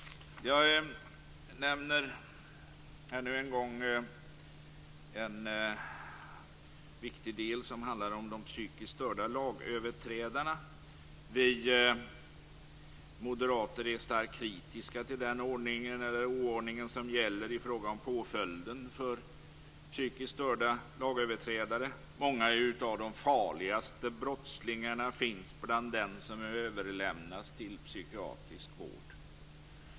Jag nämner ännu en gång en viktig del som handlar om de psykiskt störda lagöverträdarna. Vi moderater är starkt kritiska till den ordning, eller oordning, som gäller i fråga om påföljden för psykiskt störda lagöverträdare. Många av de farligaste brottslingarna finns bland dem som överlämnas till psykiatrisk vård.